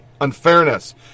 unfairness